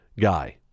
guy